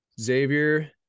Xavier